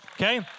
okay